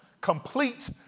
Complete